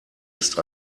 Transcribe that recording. ist